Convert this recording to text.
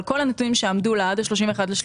אבל היא מבוססת על כל הנתונים שעמדו לה עד ה-31 למרס,